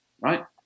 right